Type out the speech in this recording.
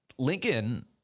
Lincoln